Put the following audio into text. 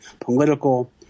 political